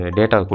data